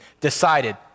decided